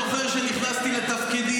החייל אוריאל פרץ מנצח יהודה,